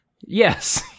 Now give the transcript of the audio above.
yes